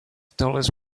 dollars